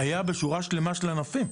קרה בשורה שלמה של ענפים.